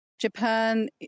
Japan